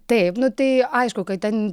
taip nu tai aišku kad ten